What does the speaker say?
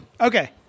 Okay